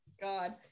God